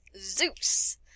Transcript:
Zeus